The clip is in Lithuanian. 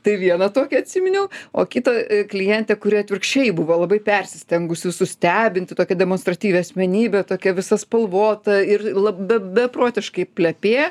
tai vieną tokį atsiminiau o kita klientė kuri atvirkščiai buvo labai persistengusi visus stebinti tokia demonstratyvi asmenybė tokia visa spalvota ir lab be beprotiškai plepė